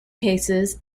cases